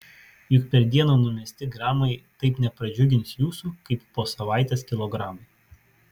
juk per dieną numesti gramai taip nepradžiugins jūsų kaip po savaitės kilogramai